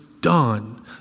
done